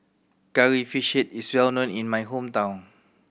Curry Fish Head is well known in my hometown